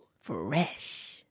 fresh